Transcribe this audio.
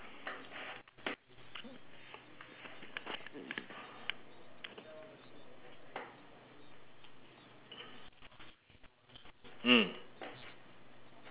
mm